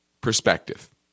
perspective